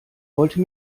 wollte